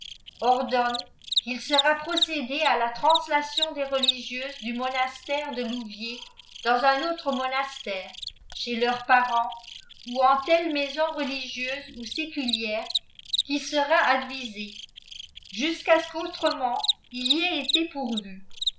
ordonne qn'il sera procédé k la translalion des religieuses du monastère de loiitiets dans un autre monastère cfaei leurs parents ou en telles maisons religieiises ou séculières qui sera adfisé jusqu'à oe qu'autrement il y ait été pourvu